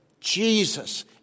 Jesus